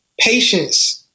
patience